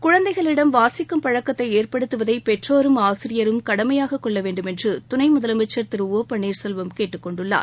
குழந்தைகளிடம் வாசிக்கும் பழக்கத்தை ஏற்படுத்துவதை பெற்றோரும் ஆசிரியரும் கடமையாக கொள்ள வேண்டுமென்று துணை முதலமைச்சர் திரு ஓ பன்ளீர்செல்வம் கேட்டுக் கொண்டுள்ளார்